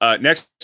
Next